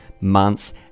months